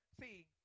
see